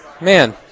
man